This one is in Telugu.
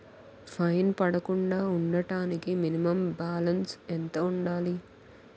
ఫైన్ పడకుండా ఉండటానికి మినిమం బాలన్స్ ఎంత ఉండాలి?